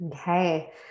Okay